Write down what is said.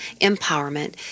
empowerment